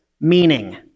meaning